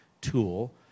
tool